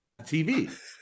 TV